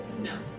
No